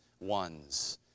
ones